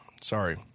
Sorry